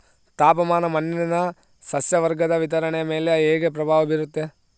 ತಾಪಮಾನ ಮಣ್ಣಿನ ಸಸ್ಯವರ್ಗದ ವಿತರಣೆಯ ಮೇಲೆ ಹೇಗೆ ಪ್ರಭಾವ ಬೇರುತ್ತದೆ?